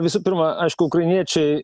visų pirma aišku ukrainiečiai